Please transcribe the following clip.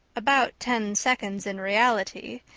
about ten seconds in reality.